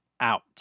out